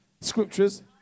scriptures